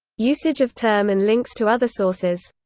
usage of term and links to other sources.